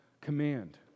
command